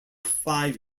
five